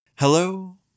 Hello